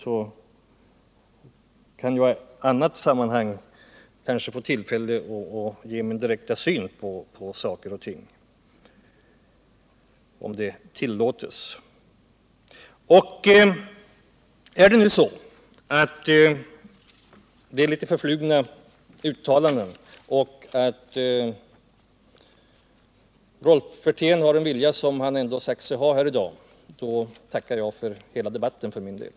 Jag kanske i annat sammanhang får tillfälle att ge uttryck för min direkta syn på dessa frågor. Om det är så att det i detta sammanhang har förekommit en del förflugna uttalanden men att Rolf Wirtén ändå, som han sagt här i dag, har en god vilja på detta område, tackar jag för min del för den debatt som här har förts.